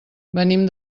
venim